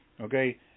okay